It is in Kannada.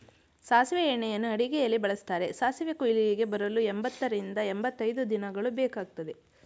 ಸಾಸಿವೆ ಎಣ್ಣೆಯನ್ನು ಅಡುಗೆಯಲ್ಲಿ ಬಳ್ಸತ್ತರೆ, ಸಾಸಿವೆ ಕುಯ್ಲಿಗೆ ಬರಲು ಎಂಬತ್ತರಿಂದ ಎಂಬತೈದು ದಿನಗಳು ಬೇಕಗ್ತದೆ